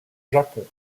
japon